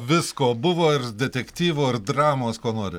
visko buvo ir detektyvo ir dramos ko nori